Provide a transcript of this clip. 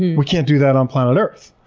we can't do that on planet earth.